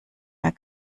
mehr